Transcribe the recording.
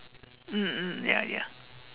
mm mm ya ya